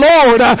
Lord